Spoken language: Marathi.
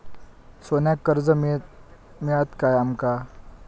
सोन्याक कर्ज मिळात काय आमका?